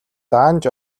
даанч